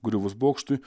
griuvus bokštui